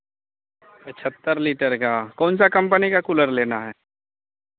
पचहत्तर लीटर का कौन सा कम्पनी का कूलर लेना है